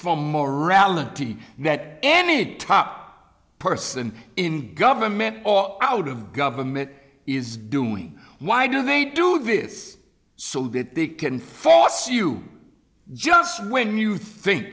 from more reality that any top person in government or out of government is doing why do they do this so that they can force you just when you think